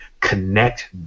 connect